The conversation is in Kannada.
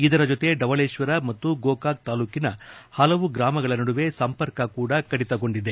ಇದರ ಜೊತೆ ಡವಳೇಶ್ವರ ಮತ್ತು ಗೋಕಾಕ್ ತಾಲೂಕಿನ ಹಲವು ಗ್ರಾಮಗಳ ನಡುವೆ ಸಂಪರ್ಕ ಕೂಡ ಕಡಿತಗೊಂಡಿದೆ